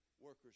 workers